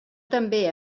també